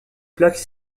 plaques